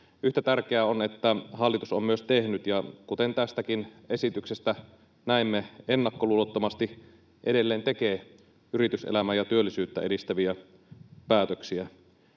Yhtä tärkeää on, että hallitus on myös tehnyt ja — kuten tästäkin esityksestä näemme — ennakkoluulottomasti edelleen tekee yrityselämää ja työllisyyttä edistäviä päätöksiä.